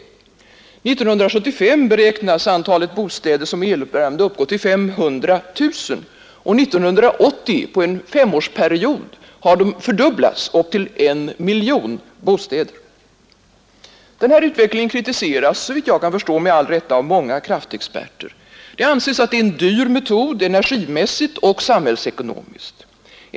År 1975 beräknas antalet bostäder med eluppvärmning uppgå till 500 000 och fram till 1980, alltså på en femårsperiod, kommer det antalet att fördubblas till 1 000 000 bostäder. Denna utveckling kritiseras, och såvitt jag förstår med rätta, av många kraftexperter. Det anses att det är en dyr metod energimässigt och samhällsekonomiskt.